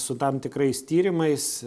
su tam tikrais tyrimais